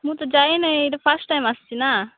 ମୁଁ ତ ଯାଇନେଇ ଏଇଟା ଫାର୍ଷ୍ଟ ଟାଇମ୍ ଆସିଛି ନା